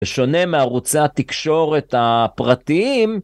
‫בשונה מערוצי התקשורת הפרטיים.